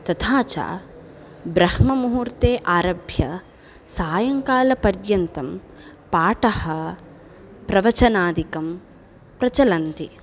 तथा च ब्राह्ममुहूर्ते आरभ्य सायङ्कालपर्यन्तं पाठः प्रवचनादिकं प्रचलन्ति